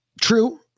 true